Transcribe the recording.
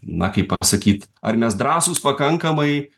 na kaip apsakyt ar mes drąsūs pakankamai